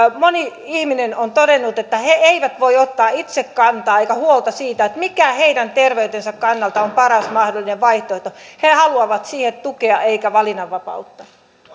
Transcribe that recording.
moni ihminen on todennut että he eivät voi ottaa itse kantaa siihen eivätkä pitää huolta siitä mikä heidän terveytensä kannalta on paras mahdollinen vaihtoehto he haluavat siihen tukea eivätkä valinnanvapautta